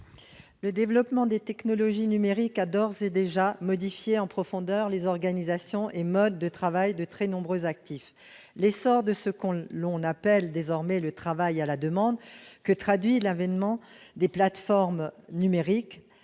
Le développement des technologies numériques a d'ores et déjà modifié en profondeur les organisation et mode de travail de très nombreux actifs. L'essor de ce que l'on appelle désormais le travail à la demande, que traduit l'avènement des plateformes numériques,